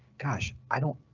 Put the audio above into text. gosh, i don't.